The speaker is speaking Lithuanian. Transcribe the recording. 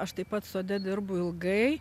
aš taip pat sode dirbu ilgai